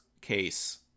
case